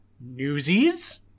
Newsies